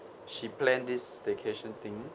she planned this vacation thing